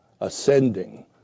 ascending